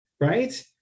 right